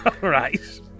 Right